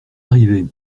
arrivé